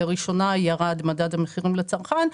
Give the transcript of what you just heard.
לראשונה ירד מדד המחירים לצרכן,